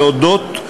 להודות,